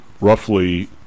roughly